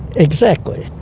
exactly.